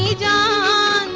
yeah da